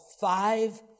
five